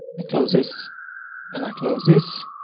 i close this and i close this.